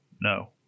No